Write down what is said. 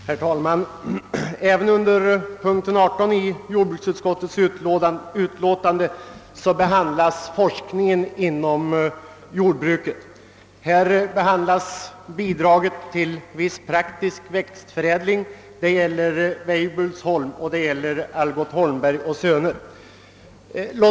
Herr talman! Även under denna punkt i utskottets utlåtande behandlas frågan om forskningen inom jordbruket, nämligen bidraget till viss praktiskt vetenskaplig växtförädling. Det gäller Weibullsholm och Algot Holmberg och Söner.